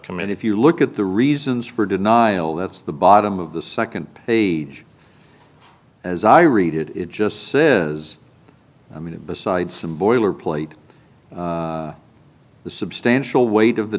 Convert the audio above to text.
nd if you look at the reasons for denial that's the bottom of the second page as i read it it just says i mean besides some boilerplate the substantial weight of the